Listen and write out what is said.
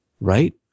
right